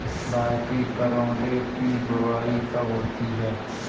भारतीय करौदे की बुवाई कब होती है?